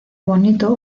bonito